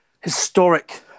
historic